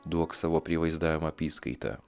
duok savo prievaizdavimo apyskaitą